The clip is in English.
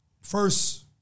First